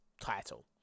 title